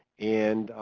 and,